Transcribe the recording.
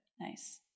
Nice